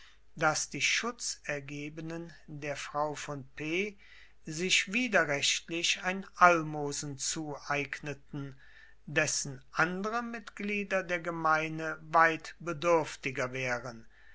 daß die schutzergebenen der frau von p sich widerrechtlich ein almosen zueigneten dessen andere mitglieder der gemeine weit bedürftiger wären